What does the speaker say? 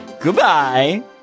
Goodbye